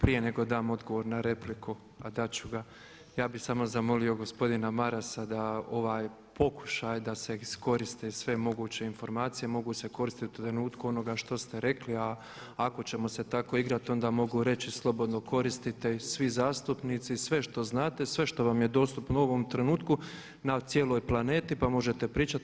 Prije nego dam odgovor na repliku, a dat ću ga, ja bih samo zamolio gospodina Marasa da ovaj pokušaj da se iskoriste sve moguće informacije mogu se koristiti u trenutku onoga što ste rekli a ako ćemo se tako igrati onda mogu reći slobodno koristite ih svi zastupnici i sve što znate, sve što vam je dostupno u ovom trenutku na cijeloj planeti pa možete pričati.